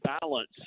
balance